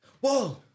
Whoa